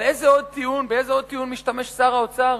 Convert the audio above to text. אבל בעוד איזה טיעון משתמש שר האוצר,